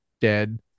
dead